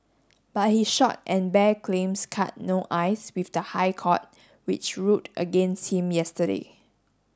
but his short and bare claims cut no ice with the High Court which ruled against him yesterday